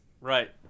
Right